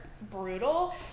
brutal